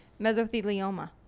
mesothelioma